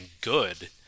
good